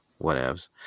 whatevs